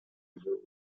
autres